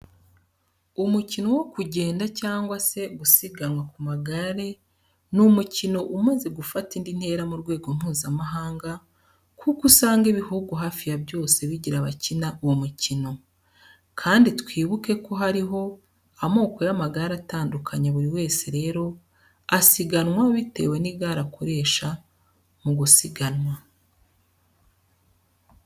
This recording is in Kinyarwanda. Umukino wo kugenda cyangwa se gusiganwa ku magare ni umukino umaze gufata indi ntera ku rwego Mpuzamahanga kuko usanga ibihugu hafi ya byose bigira abakina uwo mukino. Kandi twibuke ko hariho amoko y'amagare atandukanye buri wese rero asiganwa bitewe n'igare akoresha mu gusiganwa.